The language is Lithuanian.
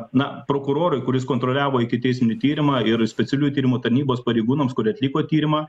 na prokurorui kuris kontroliavo ikiteisminį tyrimą ir specialiųjų tyrimų tarnybos pareigūnams kurie atliko tyrimą